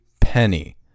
penny